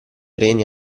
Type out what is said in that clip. reni